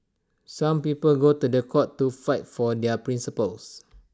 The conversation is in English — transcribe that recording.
some people go to The Court to fight for their principles